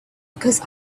because